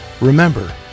remember